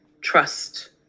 trust